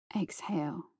Exhale